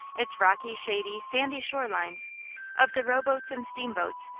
its rocky, shady, sandy shore lines of the rowboats and steam-boats,